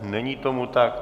Není tomu tak.